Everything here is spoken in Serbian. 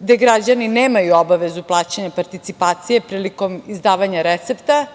gde građani nemaju obavezu plaćanja participacije prilikom izdavanja recepta,